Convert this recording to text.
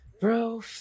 Bro